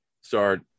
start